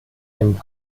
dem